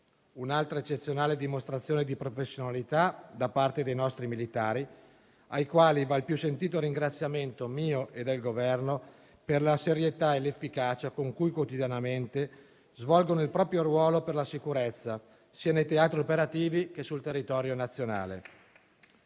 un'altra eccezionale dimostrazione di professionalità da parte dei nostri militari, ai quali va il più sentito ringraziamento, mio e del Governo, per la serietà e l'efficacia con cui quotidianamente svolgono il proprio ruolo per la sicurezza, sia nei teatri operativi che sul territorio nazionale.